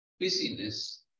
busyness